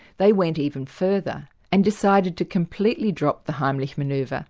they went even further and decided to completely drop the heimlich manoeuvre, yeah